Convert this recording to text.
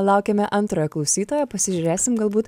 laukiame antrojo klausytojo pasižiūrėsim galbūt